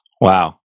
Wow